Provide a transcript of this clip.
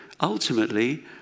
ultimately